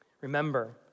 Remember